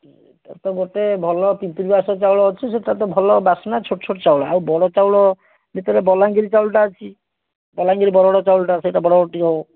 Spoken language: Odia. ଗୋଟେ ଭଲ ପିମପିରି ବାସ ଚାଉଳ ଅଛି ସେଇଟା ତ ଭଲ ବାସ୍ନା ଛୋଟ ଛୋଟ ଚାଉଳ ଆଉ ବଡ଼ ଚାଉଳ ଭିତରେ ବାଲାଙ୍ଗୀର ଚାଉଳଟା ଅଛି ବାଲାଙ୍ଗୀର ବରଗଡ଼ ଚାଉଳଟା ସେଇଟା ବଡ଼ ବଡ଼ ଟିକିଏ ହେବ